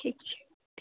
ठीक छै